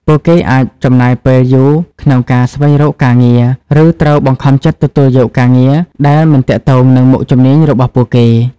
ពួកគេអាចចំណាយពេលយូរក្នុងការស្វែងរកការងារ ឬត្រូវបង្ខំចិត្តទទួលយកការងារដែលមិនទាក់ទងនឹងមុខជំនាញរបស់ពួកគេ។